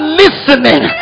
listening